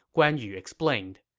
guan yu explained,